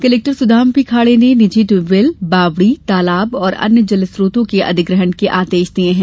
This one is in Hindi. कलेक्टर सुदाम पी खांडे ने निजी टयुबवेल बावडी तालाब और अन्य जलस्रोतों को अधिग्रहण के आदेश दिये हैं